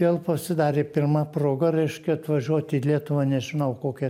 vėl pasidarė pirma proga reiškia atvažiuot į lietuvą nežinau kokia